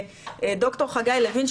ד"ר חגי לוין,